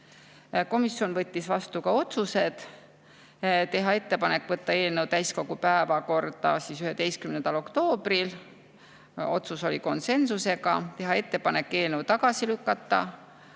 Komisjon võttis vastu ka otsused: teha ettepanek võtta eelnõu täiskogu päevakorda 11. oktoobriks, see otsus oli konsensusega; teha ettepanek eelnõu tagasi lükata,